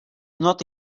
not